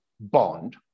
bond